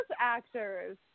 actors